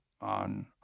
on